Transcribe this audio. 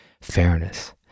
fairness